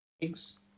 Thanks